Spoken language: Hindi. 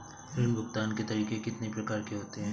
ऋण भुगतान के तरीके कितनी प्रकार के होते हैं?